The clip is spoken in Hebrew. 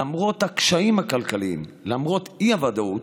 למרות הקשיים הכלכליים, למרות האי-ודאות,